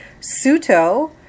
suto